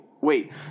wait